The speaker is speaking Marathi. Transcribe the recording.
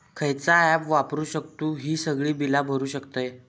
खयचा ऍप वापरू शकतू ही सगळी बीला भरु शकतय?